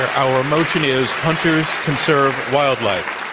our our motion is hunters conserve wildlife.